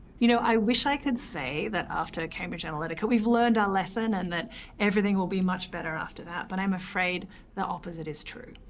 you know, i wish i could say that after cambridge analytica, we've learned our lesson and that everything will be much better after that, but i'm afraid the opposite is true.